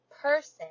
person